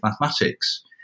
mathematics